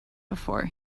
before